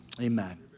Amen